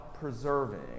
preserving